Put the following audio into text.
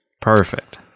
Perfect